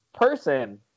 person